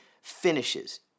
finishes